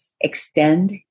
extend